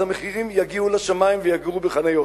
אז המחירים יגיעו לשמים ויגורו בחניות.